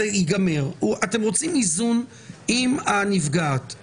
אתם רוצים איזון עם הנפגעת,